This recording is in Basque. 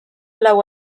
lau